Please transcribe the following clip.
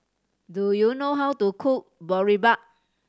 do you know how to cook Boribap